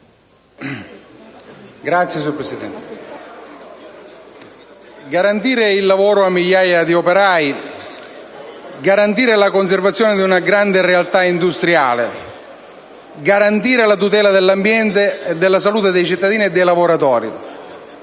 garantire il lavoro a migliaia di operai, la conservazione di una grande realtà industriale e, al contempo, la tutela dell'ambiente e della salute dei cittadini e dei lavoratori